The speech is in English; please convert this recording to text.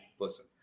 person